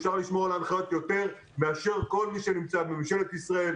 אפשר לשמור על ההנחיות יותר מאשר כל מי שנמצא בממשלת ישראל,